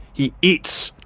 he eats.